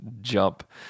Jump